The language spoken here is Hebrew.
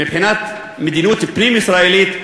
מבחינת מדיניות פנים-ישראלית,